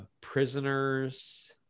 prisoners